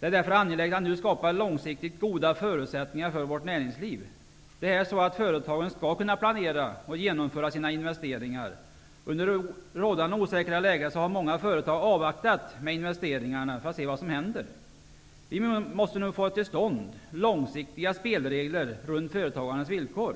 Det är därför angeläget att det nu skapas långsiktigt goda förutsättningar för vårt näringsliv. Företagen skall kunna planera och genomföra sina investeringar. Under rådande osäkra läge har många företag avvaktat med investeringarna, för att se vad som händer. Vi måste nu få till stånd långsiktiga spelregler vad gäller företagarnas villkor.